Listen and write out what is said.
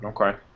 Okay